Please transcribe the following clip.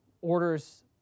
orders